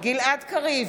גלעד קריב,